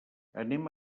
anem